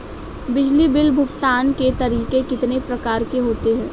बिजली बिल भुगतान के तरीके कितनी प्रकार के होते हैं?